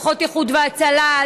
כוחות איחוד הצלה,